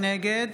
נגד